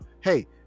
hey